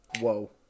whoa